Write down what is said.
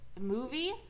movie